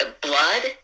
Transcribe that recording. Blood